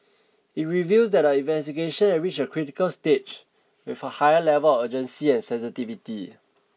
It reveals that the investigation have reached a critical stage with a higher level urgency and sensitivity